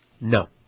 No